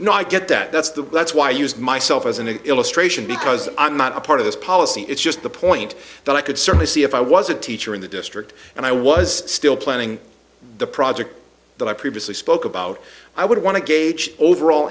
i get that that's the that's why i use myself as an illustration because i'm not a part of this policy it's just the point that i could certainly see if i was a teacher in the district and i was still planning the project that i previously spoke about i would want to gauge overall